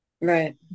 Right